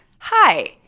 Hi